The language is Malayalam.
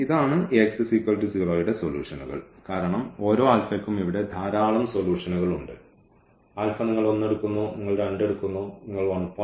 ഇതാണ് യുടെ സൊലൂഷനുകൾ കാരണം ഓരോ ആൽഫയ്ക്കും ഇവിടെ ധാരാളം സൊലൂഷനുകൾ ഉണ്ട് ആൽഫ നിങ്ങൾ 1 എടുക്കുന്നു നിങ്ങൾ 2 എടുക്കുന്നു 1